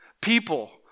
People